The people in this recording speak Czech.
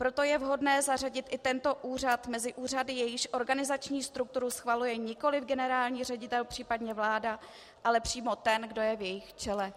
Proto je vhodné zařadit i tento úřad mezi úřady, jejichž organizační strukturu schvaluje nikoli generální ředitel, případně vláda, ale přímo ten, kdo je v jejich čele.